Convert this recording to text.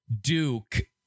Duke